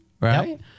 right